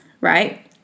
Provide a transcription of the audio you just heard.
right